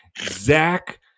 Zach